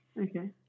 Okay